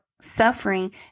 suffering